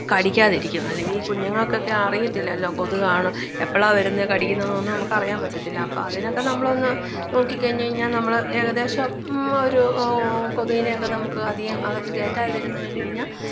കടിക്കാതിരിക്കും അല്ലെങ്കിൽ കുഞ്ഞുങ്ങൾക്കൊക്കെ അറിയത്തില്ലല്ലോ കൊതുകാണ് എപ്പളാണ് വരുന്നത് കടിക്കുന്നത് എന്നൊന്നും നമുക്കറിയാൻ പറ്റത്തില്ല അപ്പം അതിനെയൊക്കെ നമ്മളൊന്ന് നോക്കി കഴിഞ്ഞ് കഴിഞ്ഞാൽ നമ്മള് ഏകദേശം ഒരു കൊതുകിനെയൊക്കെ നമുക്ക് അധികം അകത്ത് കയറ്റാതിരിക്കാൻ കഴിഞ്ഞ് കഴിഞ്ഞാൽ